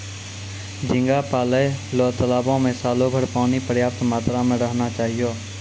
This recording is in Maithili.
झींगा पालय ल तालाबो में सालोभर पानी पर्याप्त मात्रा में रहना चाहियो